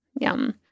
Yum